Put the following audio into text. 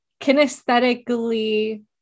kinesthetically